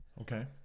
Okay